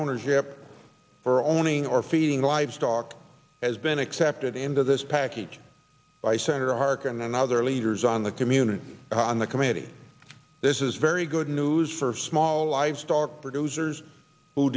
ownership for owning or feeding livestock has been accepted into this package by senator harkin and other leaders on the community on the committee this is very good news for small livestock producers who